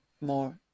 more